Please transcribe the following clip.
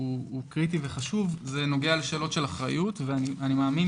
קריטי וחשוב זה נוגע לשאלות של אחריות ואני מאמין